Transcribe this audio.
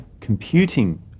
computing